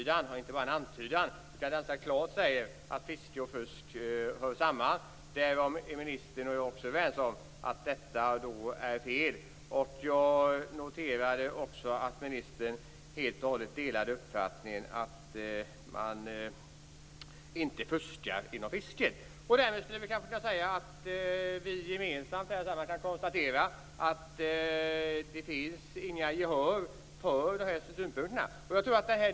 Det säger klart att fiske och fusk hör samman. Ministern och jag är överens om att det är fel. Jag noterar att ministern helt och hållet delar uppfattningen att det inte fuskas inom fisket. Därmed kan vi gemensamt konstatera att det inte finns något gehör för synpunkterna.